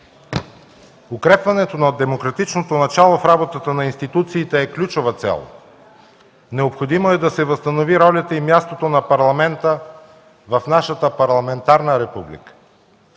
Укрепването на демократичното начало в работата на институциите е ключова цел. Необходимо е да се възстанови ролята и мястото на Парламента в нашата парламентарна република,